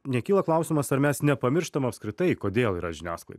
nekyla klausimas ar mes nepamirštam apskritai kodėl yra žiniasklaida